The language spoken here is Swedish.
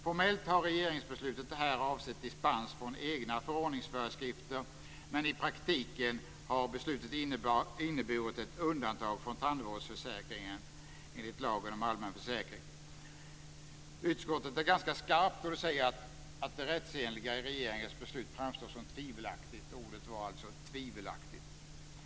Formellt har regeringsbeslutet här avsett dispens från egna förordningsföreskrifter, men i praktiken har beslutet inneburit ett undantag från tandvårdsförsäkringen enligt lagen om allmän försäkring. Utskottet är ganska skarpt då det säger att det rättsenliga i regeringens beslut framstår som tvivelaktigt.